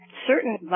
certain